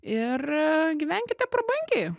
ir gyvenkite prabangiai